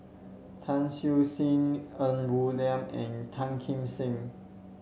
Tan Siew Sin Ng Woon Lam and Tan Kim Seng